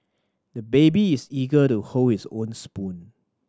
the baby is eager to hold his own spoon